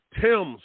Tims